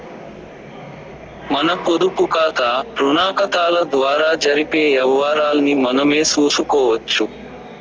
మన పొదుపుకాతా, రుణాకతాల ద్వారా జరిపే యవ్వారాల్ని మనమే సూసుకోవచ్చు